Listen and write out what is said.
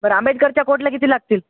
बरं आंबेडकरच्या कोटला किती लागतील